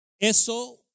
eso